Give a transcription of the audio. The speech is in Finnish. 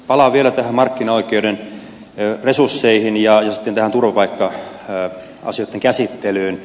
palaan vielä markkinaoikeuden resursseihin ja turvapaikka asioitten käsittelyyn